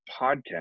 podcast